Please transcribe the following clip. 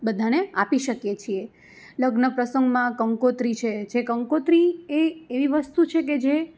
બધાંને આપી શકીએ છીએ લગ્ન પ્રસંગમાં કંકોત્રી છે જે કંકોત્રી એ એવી વસ્તુ છે કે જે